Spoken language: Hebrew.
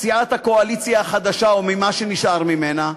סיעת הקואליציה החדשה, או מה שנשאר ממנה,